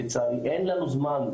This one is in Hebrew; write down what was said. אין לנו זמן,